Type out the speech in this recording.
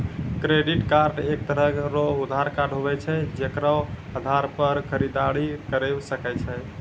credit card एक तरह रो उधार कार्ड हुवै छै जेकरो आधार पर खरीददारी करि सकै छो